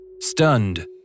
Stunned